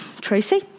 Tracy